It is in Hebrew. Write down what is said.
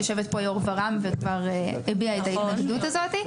יושבת פה יו"ר ור"מ והיא כבר הביעה את ההתנגדות הזאת.